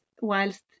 whilst